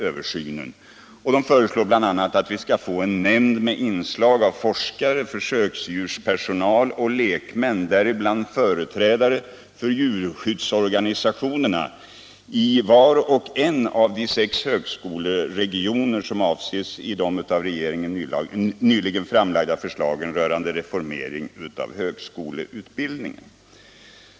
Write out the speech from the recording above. a. föreslås att vi skall få en nämnd med inslag av forskare, försöksdjurspersonal och lekmän, däribland företrädare för djurskyddsorganisationerna, i var och en av de sex högskoleregioner som avses i de av regeringen nyligen framlagda förslagen rörande reformering av högskoleutbildningen.